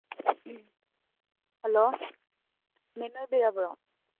hello ꯃꯦꯝ ꯑꯣꯏꯕꯤꯔꯕꯣ